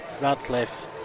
Radcliffe